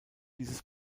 dieses